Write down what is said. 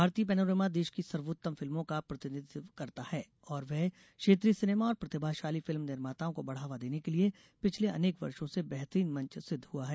भारतीय पैनोरमा देश की सर्वोत्तम फिल्मों का प्रतिनिधित्व करता है और वह क्षेत्रीय सिनेमा और प्रतिभाशाली फिल्म निर्माताओं को बढ़ावा देने के लिये पिछले अनेक वर्षो से बेहतरीन मंच सिद्ध हुआ है